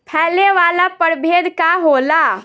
फैले वाला प्रभेद का होला?